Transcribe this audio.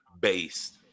based